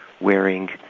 wearing